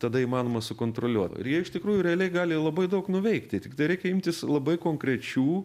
tada įmanoma sukontroliuot ir jie iš tikrųjų realiai gali labai daug nuveikti tiktai dar reikia imtis labai konkrečių